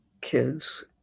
kids